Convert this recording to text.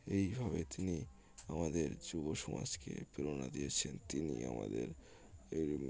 এইভাবে তিনি আমাদের যুব সমাজকে প্রেরণা দিয়েছেন তিনি আমাদের এই